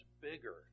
bigger